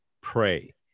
pray